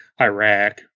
Iraq